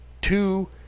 two